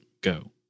go